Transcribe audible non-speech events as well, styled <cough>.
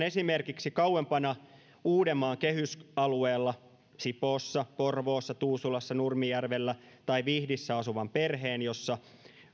<unintelligible> esimerkiksi kauempana uudenmaan kehysalueella sipoossa porvoossa tuusulassa nurmijärvellä tai vihdissä asuvan perheen jossa